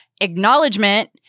acknowledgement